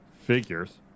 figures